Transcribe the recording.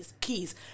keys